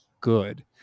good